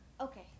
Okay